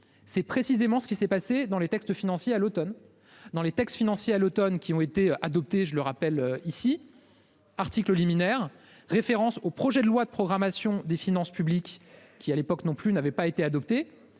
C'est précisément ce qui s'est passé dans les textes financiers à l'Automne dans les textes financiers à l'Automne qui ont été adopté je le rappelle ici. Article liminaire référence au projet de loi de programmation des finances publiques qui à l'époque non plus n'avait pas été adopté.